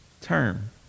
term